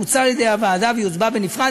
פוצל על-ידי הוועדה ויוצבע בנפרד.